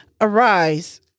Arise